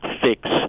fix